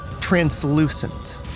translucent